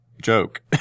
joke